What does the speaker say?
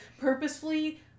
purposefully